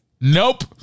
nope